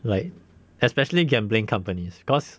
like especially gambling companies because